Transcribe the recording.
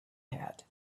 had